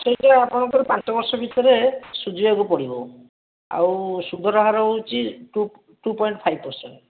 ସେଇଟା ଆପଣର ପାଞ୍ଚବର୍ଷ ଭିତରେ ସୁଝିବାକୁ ପଡ଼ିବ ଆଉ ସୁଧର ହାର ହେଉଛି two two point five percent